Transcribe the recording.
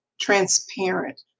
transparent